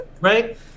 Right